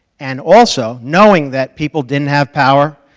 and also knowing that people didn't have power,